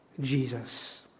Jesus